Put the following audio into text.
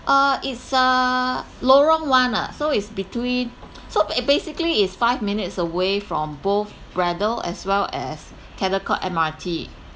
uh it's uh lorong one ah so it's between so it basically is five minutes away from both braddell as well as caldecott M_R_T